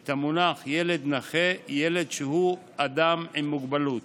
את המונח ילד נכה, בילד שהוא אדם עם מוגבלות,